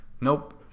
nope